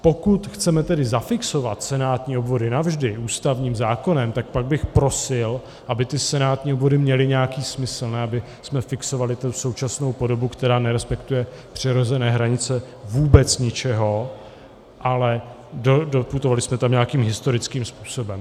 Pokud chceme tedy zafixovat senátní obvody navždy ústavním zákonem, tak pak bych prosil, aby ty senátní obvody měly nějaký smysl, ne abychom fixovali současnou podobu, která nerespektuje přirozené hranice vůbec ničeho, ale doputovali jsme tam nějakým historickým způsobem.